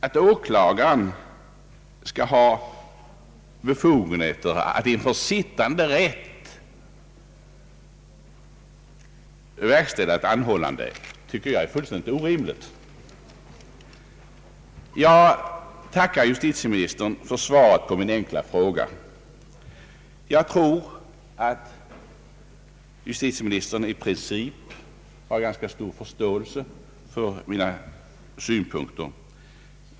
Att åklagaren skall ha befogenhet att inför sittande rätt göra ett anhållande tycker jag är fullständigt orimligt. Jag tackar justitieministern för svaret på min enkla fråga. Jag tror ati han i princip har ganska stor förståelse för mina synpunkter.